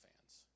fans